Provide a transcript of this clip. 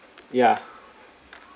ya